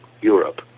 Europe